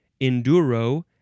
enduro